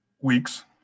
weeks